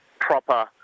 proper